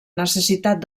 necessitat